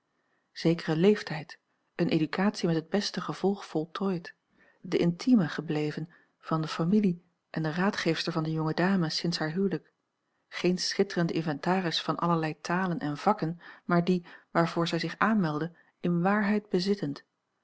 zekere leeftijd eene educatie met het beste gevolg voltooid de intieme gebleven van de familie en de raadgeefster van de jonge dame sinds haar huwelijk geen schitterende inventaris van allerlei talen en vakken maar die waarvoor zij zich aanmeldde in waarheid bezittend